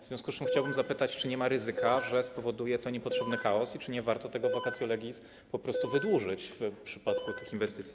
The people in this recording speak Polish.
W związku z czym chciałbym zapytać, czy nie ma ryzyka, że spowoduje to niepotrzebny chaos i czy nie warto tego vacatio legis po prostu wydłużyć w przypadku tych inwestycji.